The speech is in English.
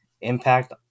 impact